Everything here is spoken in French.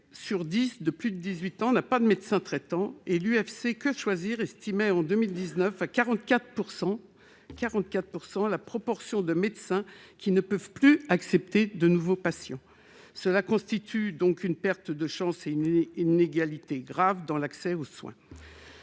de plus de 18 ans sur dix n'a pas de médecin traitant ; l'UFC-Que Choisir estimait en 2019 à 44 % la proportion de médecins qui ne peuvent plus accepter de nouveaux patients. Cela constitue une perte de chance et une inégalité grave dans l'accès aux soins.